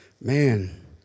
man